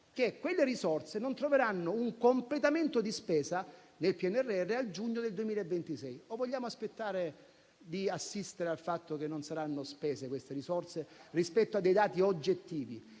che quelle risorse non troveranno un completamento di spesa nel PNRR a giugno 2026. Oppure vogliamo aspettare di assistere al fatto che queste risorse non saranno spese rispetto a dei dati oggettivi?